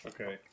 Okay